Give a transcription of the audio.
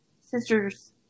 sister's